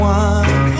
one